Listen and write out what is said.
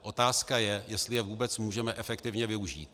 Otázka je, jestli je vůbec můžeme efektivně využít.